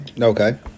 Okay